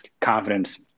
confidence